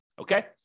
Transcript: Okay